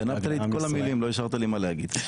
לקחת לי את כל המילים, לא השארת לי מה להגיד.